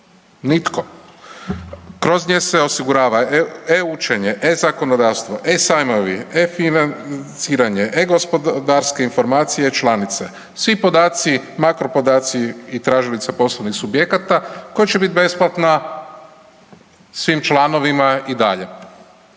nitko. Kroz nju se osigurava e-učenje, e-zakonodavstvo, e-sajmovi, e-financiranje, e-gospodarske informacije članice, svi podaci, makro podaci i tražilica poslovnih subjekata koja će biti besplatna svim članovima i dalje.